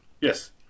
Yes